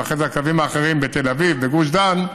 ואחרי זה הקווים האחרים בתל אביב ובגוש דן,